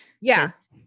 Yes